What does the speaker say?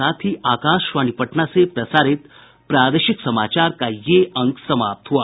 इसके साथ ही आकाशवाणी पटना से प्रसारित प्रादेशिक समाचार का ये अंक समाप्त हुआ